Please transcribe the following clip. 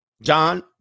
John